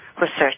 research